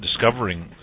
discovering